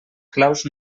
claus